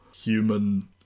human